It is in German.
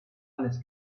alles